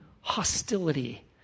hostility